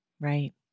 Right